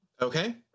okay